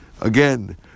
again